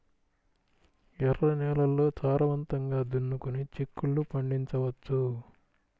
ఎర్ర నేలల్లో సారవంతంగా దున్నుకొని చిక్కుళ్ళు పండించవచ్చు